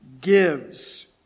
gives